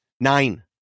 Nine